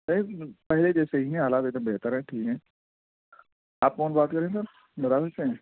نہیں پہلے جیسے ہی ہیں حالات ایک دم بہتر ہیں ٹھیک ہیں آپ کون بات کر رہے ہیں سر معراج حسین